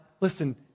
listen